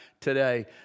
today